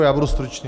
Já budu stručný.